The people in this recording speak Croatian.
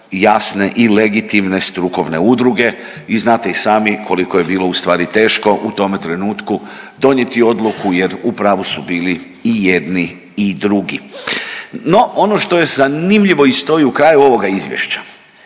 jasne i legitimne strukovne udruge. I znate i sami koliko je bilo u stvari teško u tome trenutku donijeti odluku, jer u pravu su bili i jedni i drugi. No, ono što je zanimljivo i stoji u kraju ovoga izvješća,